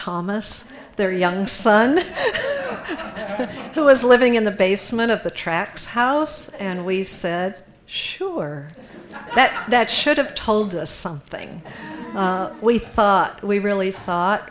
thomas their young son who was living in the basement of the tracks house and we said sure that that should have told us something we thought we really thought